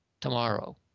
tomorrow